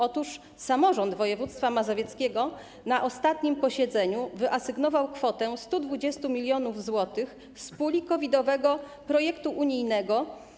Otóż samorząd województwa mazowieckiego na ostatnim posiedzeniu wyasygnował kwotę 120 mln zł z puli COVID-owego projektu unijnego.